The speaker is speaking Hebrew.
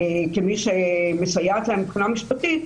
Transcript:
כמי שמסייעת להם מבחינה משפטית,